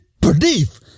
believe